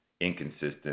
inconsistent